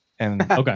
okay